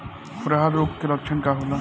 खुरहा रोग के लक्षण का होला?